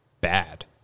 bad